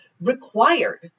required